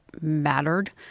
mattered